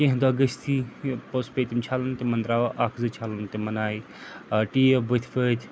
کیٚنٛہہ دۄہ گٔژھتھی پوٚتُس پے تِم چھَلٕنۍ تِمَن درٛاو اَکھ زٕ چھَلٕنۍ تِمَن آیہِ ٹیب بٕتھۍ ؤتۍ